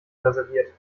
reserviert